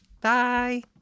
Bye